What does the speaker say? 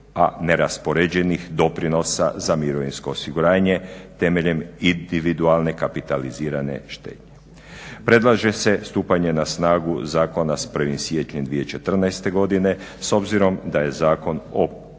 a neraspoređenih doprinosa za mirovinsko osiguranje temeljem individualne kapitalizirane štednje. Predlaže se stupanje na snagu zakona s 1.siječnja 2014.godine s obzirom da je zakon